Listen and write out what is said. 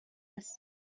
است